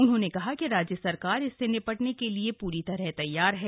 उन्होंने कहा कि राज्य सरकार इससे निपटने के लिए पूरी तरह तैयार है